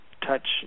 touch